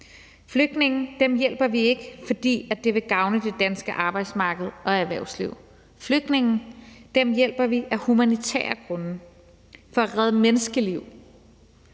Flygtninge hjælper vi ikke, fordi det vil gavne det danske arbejdsmarked og erhvervsliv. Flygtninge hjælper vi af humanitære grunde, for at redde menneskeliv,